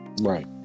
right